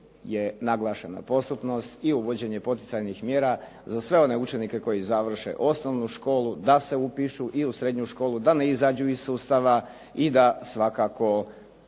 je naglašena postupnost i uvođenje poticajnih mjera za sve one učenike koji završe osnovnu školu da se upišu i u srednju školu, da ne izađu iz sustava i da svakako